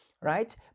right